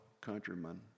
countrymen